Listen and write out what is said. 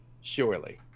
Surely